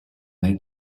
they